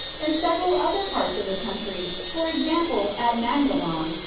in several other parts of the country for example, at mag dalum,